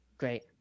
great